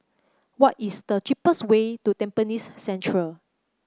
what is the cheapest way to Tampines Central